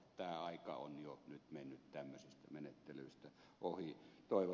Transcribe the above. tämä aika on jo nyt mennyt tämmöisistä menettelyistä ohi